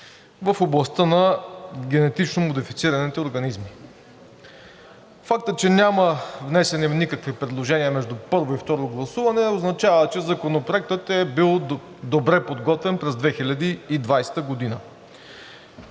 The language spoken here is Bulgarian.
в областта на генетично модифицираните организми. Фактът, че няма внесени никакви предложения между първо и второ гласуване, означава, че Законопроектът е бил добре подготвен през 2020 г.